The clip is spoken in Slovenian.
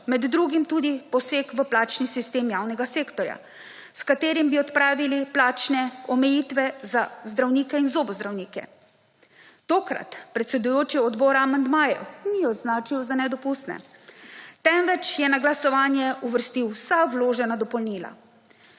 med drugim tudi poseg v plačni sistem javnega sektorja, s katerim bi odpravili plačne omejitve za zdravnike in zobozdravnike. Tokrat predsedujoči odbora amandmajev ni označil za nedopustne temveč je na glasovanje vložil vsa vložena dopolnila.